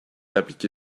appliqué